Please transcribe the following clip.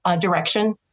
direction